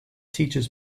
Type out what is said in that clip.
teaches